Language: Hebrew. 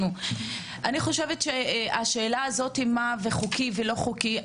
לגבי השאלה הזאת של האם העובד חוקי או לא חוקי,